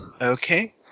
Okay